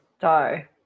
die